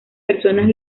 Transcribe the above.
personas